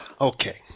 Okay